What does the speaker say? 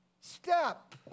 Step